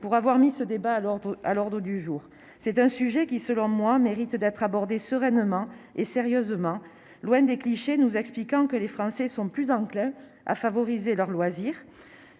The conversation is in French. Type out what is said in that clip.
pour avoir mis ce débat à l'ordre du jour. Ce sujet mérite selon moi d'être abordé sereinement et sérieusement, loin des clichés nous expliquant que les Français sont plus enclins à favoriser leurs loisirs,